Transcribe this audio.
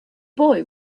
boy